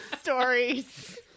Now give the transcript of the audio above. stories